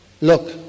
look